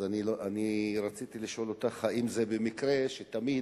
אז אני רציתי לשאול אותך האם זה במקרה שתמיד